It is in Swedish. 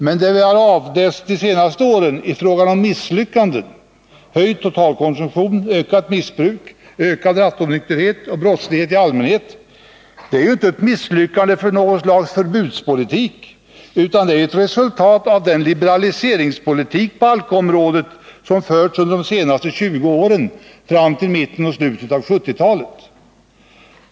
Men de misslyckanden vi har avläst de senaste åren — höjd totalkonsum tion, ökat missbruk, ökad rattonykterhet och brottslighet i allmänhet — är inte resultatet av något slags förbudspolitik, utan det är ett resultat av den liberaliseringspolitik på alkoholområdet som förts under de senaste 20 åren, fram till slutet av 1970-talet.